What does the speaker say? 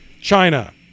China